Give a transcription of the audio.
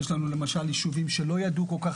יש לנו למשל ישובים שלא ידעו כל כך